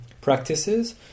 practices